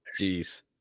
Jeez